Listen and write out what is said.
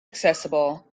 accessible